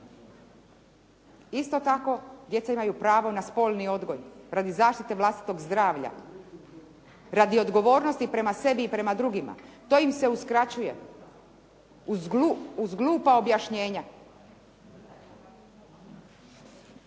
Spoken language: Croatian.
Isto tako djeca imaju pravo na spolni odgoj, radi zašite vlastitog zdravlja, radi odgovornosti prema sebi i prema drugima. To im se uskraćuje. Uz glupa objašnjenja.